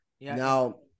Now